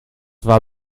war